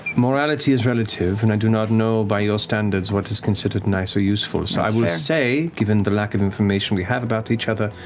morality is relative, and i do not know by your standards what is considered nice or useful, so i would say, given the lack of information we have about each other,